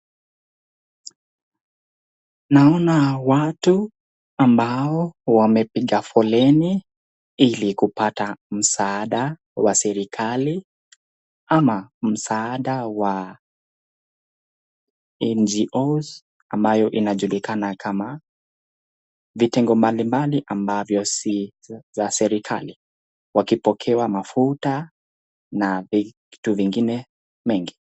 Naona watu ambao wamepiga foleni ili kupata msaada wa serikali, ama msaada wa NGOs, ambayo inajulikana kama vitengo mbalimbali ambavyo si za serikali, wakipokewa mafuta na vitu vingine mengi.